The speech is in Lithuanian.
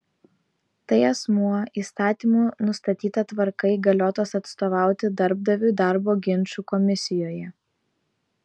tai asmuo įstatymų nustatyta tvarka įgaliotas atstovauti darbdaviui darbo ginčų komisijoje